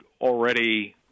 already